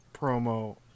promo